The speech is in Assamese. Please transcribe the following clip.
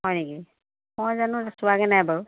হয় নেকি মই জানো চোৱাগে নাই বাৰু